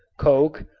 coke,